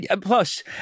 plus